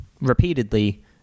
repeatedly